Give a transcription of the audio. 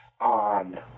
on